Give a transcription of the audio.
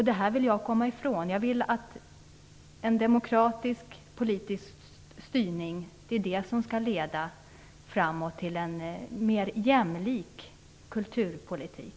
Detta vill jag komma ifrån. Jag vill att en demokratisk politisk styrning skall leda till en mer jämlik kulturpolitik.